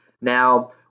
Now